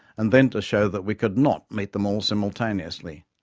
and then to show that we could not meet them all simultaneously.